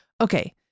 Okay